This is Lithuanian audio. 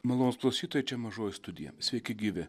malonūs klausytojai čia mažoje studijoje sveiki gyvi